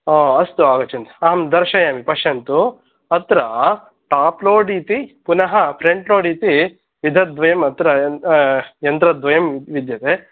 ओ अस्तु आगच्छन्तु अहं दर्शयामि पश्यन्तु अत्र टाप्लोड् इति पुनः फ्रण्ट् लोड् इति यन्त्रद्वयम् अत्र यन्त्रद्वयं विद्यते